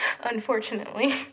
unfortunately